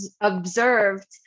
observed